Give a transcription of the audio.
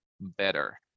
better